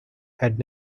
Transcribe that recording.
had